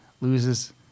loses